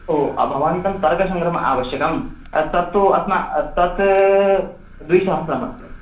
ओ भवन्तं तर्कशङ्ग्रहः आवश्यकः तत् तत्तु अस्माकं तत् द्विसहस्रम् अस्ति